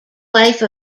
wife